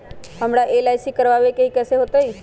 हमरा एल.आई.सी करवावे के हई कैसे होतई?